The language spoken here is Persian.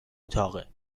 اتاقه